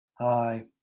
Hi